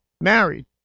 married